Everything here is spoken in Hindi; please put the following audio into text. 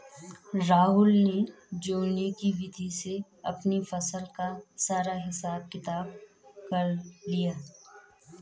राहुल ने जोड़ने की विधि से अपनी फसल का सारा हिसाब किताब कर लिया